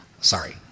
sorry